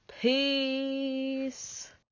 Peace